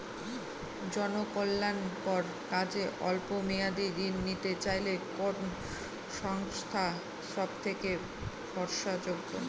জনকল্যাণকর কাজে অল্প মেয়াদী ঋণ নিতে চাইলে কোন সংস্থা সবথেকে ভরসাযোগ্য?